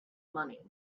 money